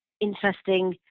interesting